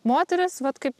moterys vat kaip